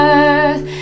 earth